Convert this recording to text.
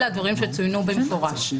אלה הדברים שצוינו במפורש.